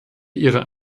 ihrer